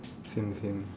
same same